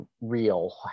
real